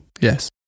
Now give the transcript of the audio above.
Yes